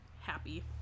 happy